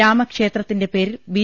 രാമ ക്ഷേത്രത്തിന്റെ പേരിൽ ബി